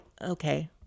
Okay